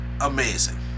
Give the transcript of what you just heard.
amazing